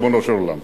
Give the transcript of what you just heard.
ריבונו של עולם.